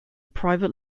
private